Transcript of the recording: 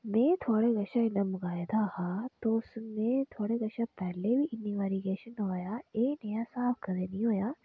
में थुआढ़े कशा इन्ना मंगोआए दा हा तुस में थुआढ़े कशा पैह्लें बी इन्नी बारी किश नुआया एह् नेहा स्हाब कदें नेईं होआ